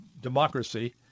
democracy